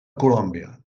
colòmbia